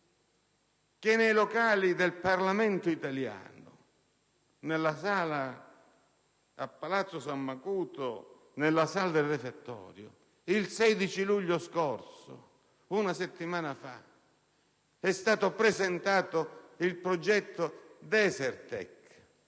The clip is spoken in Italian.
che nei locali del Parlamento italiano, a Palazzo San Macuto, nella Sala del Refettorio il 16 luglio scorso (una settimana fa) la Germania abbia presentato il progetto Desertec,